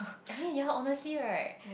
I mean ya honestly right